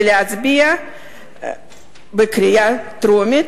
ולהצביע בעד בקריאה טרומית,